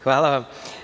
Hvala vam.